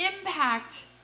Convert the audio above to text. impact